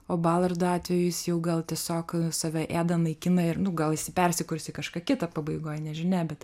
o balardo atveju jis jau gal tiesiog save ėda naikina ir nu gal jis ir persikurs į kažką kitą pabaigoj nežinia bet